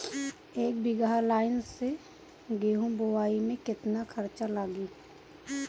एक बीगहा लाईन से गेहूं बोआई में केतना खर्चा लागी?